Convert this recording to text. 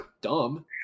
dumb